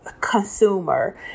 consumer